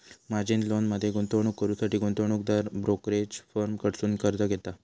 margin लोनमध्ये गुंतवणूक करुसाठी गुंतवणूकदार ब्रोकरेज फर्म कडसुन कर्ज घेता